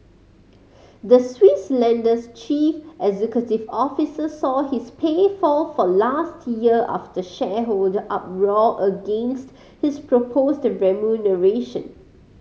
the Swiss lender's chief executive officer saw his pay fall for last year after shareholder uproar against his proposed remuneration